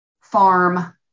farm